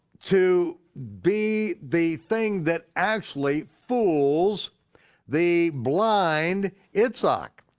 to be the thing that actually fools the blind yitzhak.